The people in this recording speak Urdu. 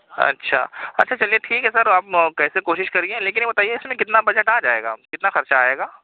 اچھا اچھا چلیے ٹھیک ہے سر آپ کیسے کوشش کریے لیکن یہ بتائیے اس میں کتنا بجٹ آ جائے گا کتنا خرچہ آئے گا